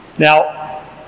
Now